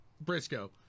Briscoe